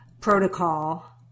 protocol